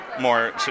more